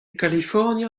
kalifornia